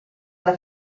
alla